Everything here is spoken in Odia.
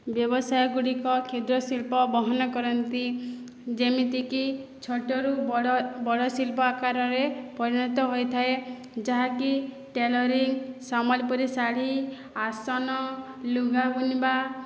ବ୍ୟବସାୟ ଗୁଡ଼ିକ କ୍ଷୁଦ୍ର ଶିଳ୍ପ ବହନ କରନ୍ତି ଯେମିତିକି ଛୋଟରୁ ବଡ଼ ବଡ଼ ଶିଲ୍ପ ଆକାରରେ ପରିଣତ ହୋଇଥାଏ ଯାହାକି ଟେଲରିଂ ସମ୍ବଲପୁରୀ ଶାଢ଼ୀ ଆସନ ଲୁଗା ବୁଣିବା